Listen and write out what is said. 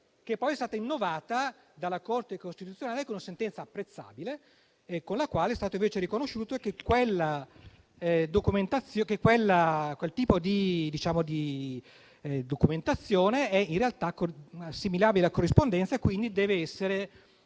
che poi è stata innovata dalla Corte costituzionale con sentenza apprezzabile, con la quale è stato invece riconosciuto che quel tipo di documentazione è in realtà assimilabile a corrispondenza e quindi, come tale,